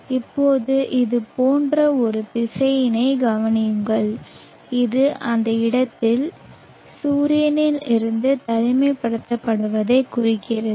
இப்போது இது போன்ற ஒரு திசையனைக் கவனியுங்கள் இது அந்த இடத்தில் சூரியனில் இருந்து தனிமைப்படுத்தப்படுவதைக் குறிக்கிறது